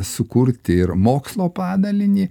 sukurti ir mokslo padalinį